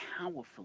powerful